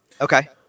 Okay